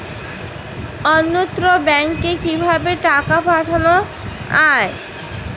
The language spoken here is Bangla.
অন্যত্র ব্যংকে কিভাবে টাকা পাঠানো য়ায়?